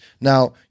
Now